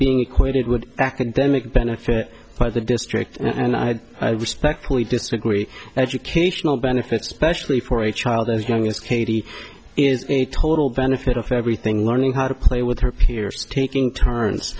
being equated with academic benefit for the district and i respectfully disagree and educational benefits especially for a child as young as katie is a total benefit of everything learning how to play with her peers taking turns